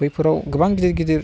बैफोराव गोबां गिदिर गिदिर